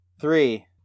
Three